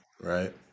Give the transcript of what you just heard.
Right